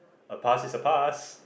a pass is a pass